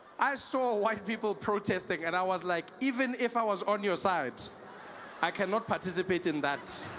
i saw white people protesting and i was like even if i was on your side i can not participate in that